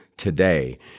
today